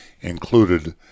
included